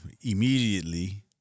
immediately